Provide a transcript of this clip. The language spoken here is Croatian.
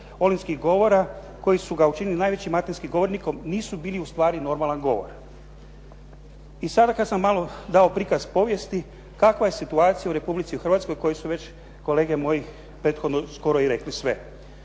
govora koji su ga učinili najvećim Atenskim govornikom nisu bili ustvari normalan govor. I sada kada sam malo dao prikaz povijesti kakva je situacija u Republici Hrvatskoj koju su već kolege moji prethodno skoro i rekli sve.